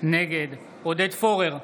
נגד עודד פורר,